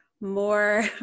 more